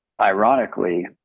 Ironically